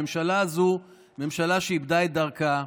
הממשלה הזו היא ממשלה שאיבדה את דרכה.